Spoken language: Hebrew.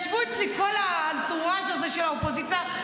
ישבו אצלי ה- entourageהזה של האופוזיציה,